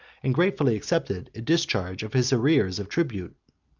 and gratefully accepted a discharge of his arrears of tribute.